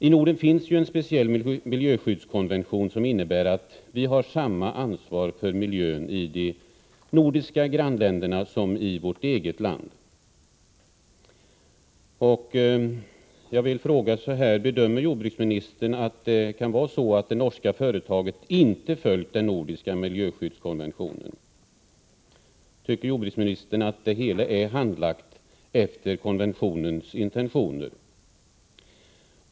I Norden finns ju en speciell miljöskyddskonvention som innebär att varje land har samma ansvar för miljön i de nordiska grannländerna som i det egna landet. Jag vill fråga om jordbruksministern bedömer saken så, att det norska företaget inte följt den nordiska miljöskyddskonventionen. Tycker jordbruksministern att det hela har handlagts enligt konventionens intentioner?